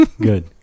Good